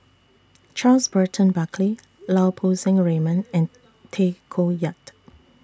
Charles Burton Buckley Lau Poo Seng Raymond and Tay Koh Yat